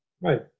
right